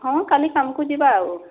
ହଁ କାଲି ସାମ୍କୁ ଯିବା ଆଉ